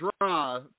draw